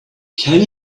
can